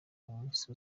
w’umunsi